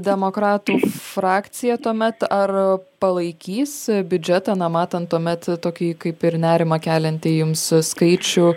demokratų frakcija tuomet ar palaikys biudžetą na matant tuomet tokį kaip ir nerimą keliantį jums skaičių